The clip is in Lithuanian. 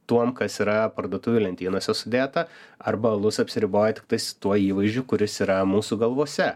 tuom kas yra parduotuvių lentynose sudėta arba alus apsiriboja tiktai su tuo įvaizdžiu kuris yra mūsų galvose